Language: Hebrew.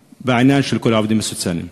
בעניין של כל העובדים הסוציאליים.